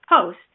post